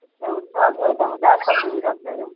उससे के दो हज़ार तक मिल जाते हैं